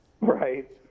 Right